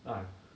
ah